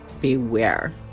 beware